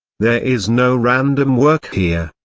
there is no random work here.